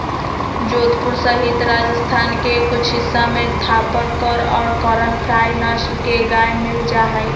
जोधपुर सहित राजस्थान के कुछ हिस्सा में थापरकर और करन फ्राइ नस्ल के गाय मील जाहई